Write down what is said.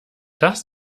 das